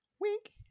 Wink